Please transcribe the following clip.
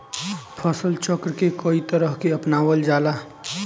फसल चक्र के कयी तरह के अपनावल जाला?